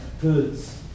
goods